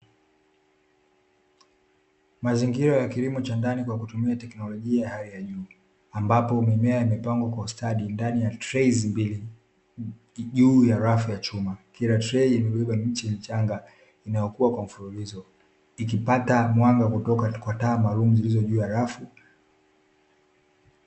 Mazingira ya kilimo cha ndani kwa kutumia teknolojia ya hali ya juu, ambapo mimea imepangwa kwa ustadi ndani ya trei mbili juu ya rafu ya chuma. Kila trei imebea miche michanga inayokuwa kwa mfululizo ikipata mwanga kutoka kwa taa maalumu iliyo juu ya rafu.